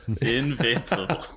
Invincible